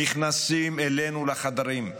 נכנסים אלינו לחדרים.